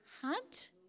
hunt